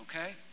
okay